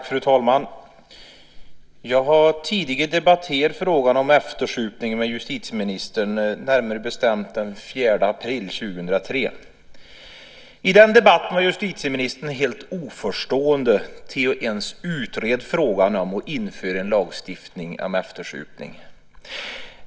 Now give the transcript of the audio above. Fru talman! Jag har tidigare debatterat frågan om eftersupning med justitieministern, närmare bestämt den 4 april 2003. I den debatten var justitieministern helt oförstående till att ens utreda frågan om att införa en lagstiftning om eftersupning.